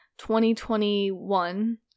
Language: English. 2021